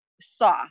saw